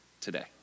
today